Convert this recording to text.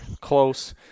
close